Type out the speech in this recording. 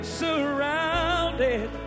surrounded